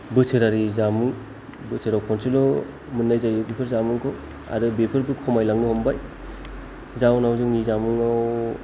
बोसोरारि जामुं बोसोराव खनसेल' मोननाय जायो बेफोर जामुंखौ आरो बेफोरबो खमायलांनो हमबाय जाउनाव जोंनि जामुंआव